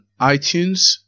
iTunes